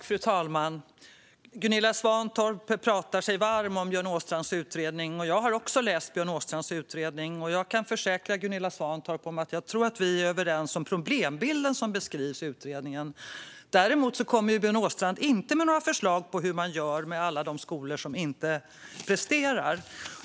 Fru talman! Gunilla Svantorp talar sig varm för Björn Åstrands utredning. Jag har också läst Björn Åstrands utredning, och jag kan försäkra Gunilla Svantorp att vi är överens om problembilden som beskrivs i utredningen. Däremot kommer Björn Åstrand inte med några förslag på hur man gör med alla de skolor som inte presterar.